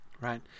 right